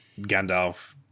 Gandalf